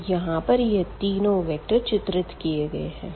तो यहाँ पर यह तिनो वेक्टर चित्रित किए गए है